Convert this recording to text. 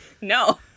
No